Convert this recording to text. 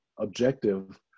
objective